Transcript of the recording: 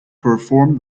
performed